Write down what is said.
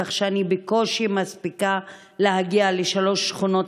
כך שאני בקושי מספיקה להגיע לשלוש שכונות